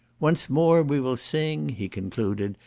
once more we will sing, he concluded,